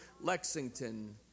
Lexington